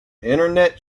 internet